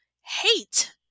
hate